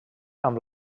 amb